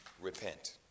Repent